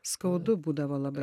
skaudu būdavo labai